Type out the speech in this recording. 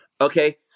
Okay